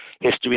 History